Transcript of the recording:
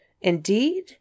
indeed